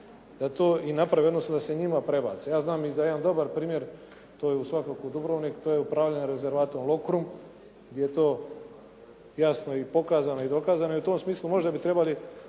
da to i naprave, jednostavno da se njima prebaci. Ja znam i za jedan dobar primjer, to je svakako Dubrovnik, to je upravljanje rezervatom Lokrumom gdje je to jasno pokazano i dokazano. I u tom smislu možda bi trebali